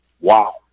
Wow